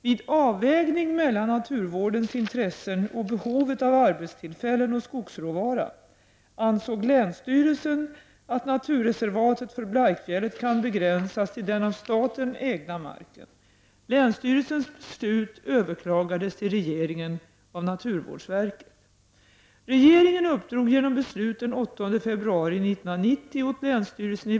Vid avvägning mellan naturvårdens intressen och behovet av arbetstillfällen och skogsråvara ansåg länsstyrelsen att naturreservatet för Blaikfjället kan begränsas till den av staten ägda marken. Länsstyrelsens beslut överklagades till regeringen av naturvårdsverket.